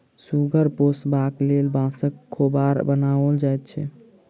सुगर पोसबाक लेल बाँसक खोभार बनाओल जाइत छै